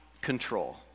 control